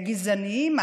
גזעניים,